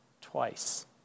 twice